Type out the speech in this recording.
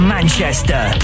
Manchester